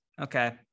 okay